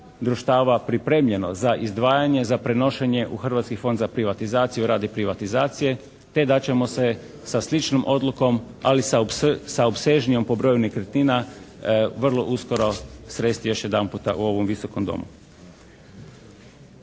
društava pripremljeno za izdvajanje, za prenošenje u Hrvatski fond za privatizaciju radi privatizacije te da ćemo se sa sličnom odlukom, ali sa opsežnijom po broju nekretnina vrlo uskoro sresti još jedanputa u ovom Visokom domu.